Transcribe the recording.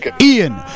Ian